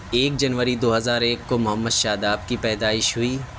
ایک جنوری دو ہزار ایک کو محمد شاداب کی پیدائش ہوئی